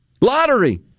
Lottery